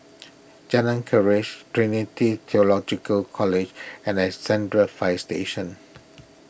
Jalan Keris Trinity theological College and Alexandra Fire Station